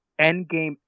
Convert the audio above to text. Endgame